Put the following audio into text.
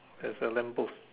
there's a lamp post